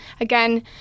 again